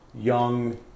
young